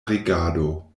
regado